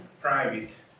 private